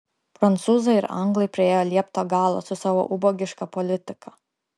prancūzai ir anglai priėjo liepto galą su savo ubagiška politika